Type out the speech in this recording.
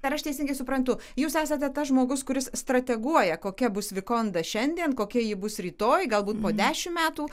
ar aš teisingai suprantu jūs esate tas žmogus kuris strateguoja kokia bus vikonda šiandien kokia ji bus rytoj galbūt po dešim metų